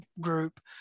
group